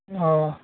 অঁ